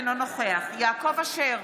אינו נוכח יעקב אשר,